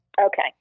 Okay